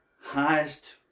highest